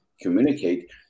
communicate